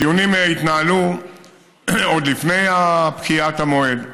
הדיונים התנהלו עוד לפני פקיעת המועד,